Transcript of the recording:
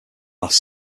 last